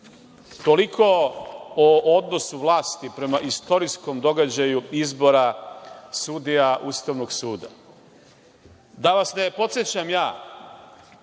Toliko o odnosu vlasti prema istorijskom događaju izbora sudija Ustavnog suda. Da vas ne podsećam na